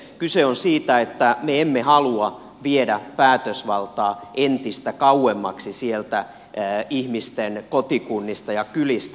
kyse on siitä että me emme halua viedä päätösvaltaa entistä kauemmaksi sieltä ihmisten kotikunnista ja kylistä